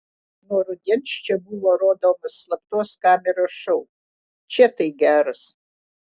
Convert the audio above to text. nuo rudens čia buvo rodomas slaptos kameros šou čia tai geras